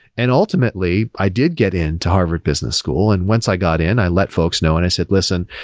and ultimately, i did get into harvard business school, and once i got in, i let folks know and i said, listen.